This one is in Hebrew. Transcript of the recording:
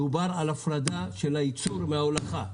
דובר על הפרדה של הייצור מההולכה,